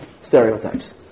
stereotypes